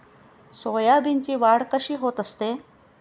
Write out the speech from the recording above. सोयाबीनची वाढ कशी होत असते?